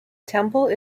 temple